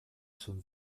schon